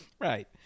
Right